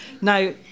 Now